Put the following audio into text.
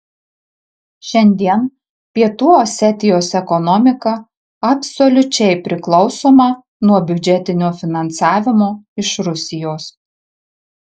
šiandien pietų osetijos ekonomika absoliučiai priklausoma nuo biudžetinio finansavimo iš rusijos